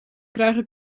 krijgen